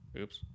Oops